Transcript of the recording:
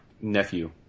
nephew